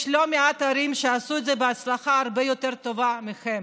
יש לא מעט ערים שעשו את זה בהצלחה הרבה יותר טובה מכם,